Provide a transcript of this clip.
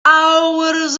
hours